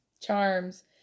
charms